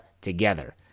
together